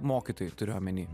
mokytojui turiu omeny